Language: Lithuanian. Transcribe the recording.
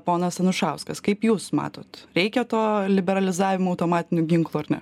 ponas anušauskas kaip jūs matot reikia to liberalizavimo automatinių ginklų ar ne